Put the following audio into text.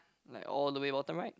like all the way bottom right